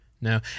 no